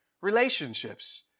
relationships